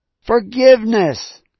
Forgiveness